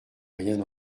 rien